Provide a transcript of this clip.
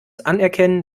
anerkennen